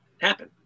happen